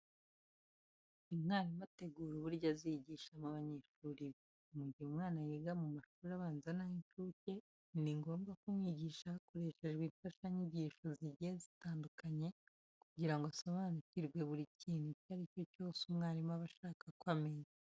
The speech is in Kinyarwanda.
Umwarimu ategura uburyo azigishamo abanyeshuri be. Mu gihe umwana yiga mu mashuri abanza n'ay'incuke, ni ngombwa kumwigisha hakoreshejwe imfashanyigisho zigiye zitandukanye kugira ngo asobanukirwe buri kintu icyo ari cyo cyose umwarimu aba ashaka ko amenya.